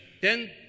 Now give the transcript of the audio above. Ten